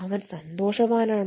അവൻ സന്തോഷവാനാണോ